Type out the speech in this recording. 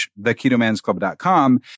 theketomansclub.com